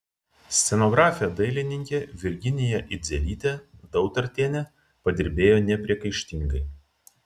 scenografė dailininkė virginija idzelytė dautartienė padirbėjo nepriekaištingai